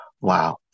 Wow